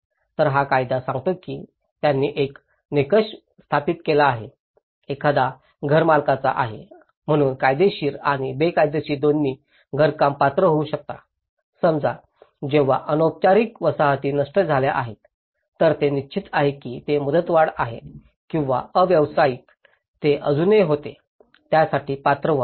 तर हा कायदा सांगतो की त्यांनी एक निकष स्थापित केला आहे एखादा घरमालकाचा आहे म्हणून कायदेशीर आणि बेकायदेशीर दोन्ही बांधकाम पात्र होऊ शकतात समजा जेव्हा अनौपचारिक वसाहती नष्ट झाल्या आहेत तर ते निश्चित आहे की ते मुदतवाढ आहे किंवा अव्यावसायिक ते अजूनही होते त्यासाठी पात्र व्हा